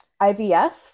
IVF